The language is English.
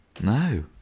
No